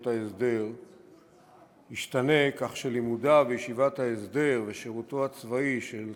ההסדר ישתנה כך שלימודיו בישיבת ההסדר ושירותו הצבאי של התלמיד,